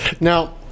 Now